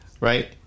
right